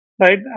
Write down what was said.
right